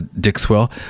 Dixwell